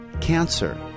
Cancer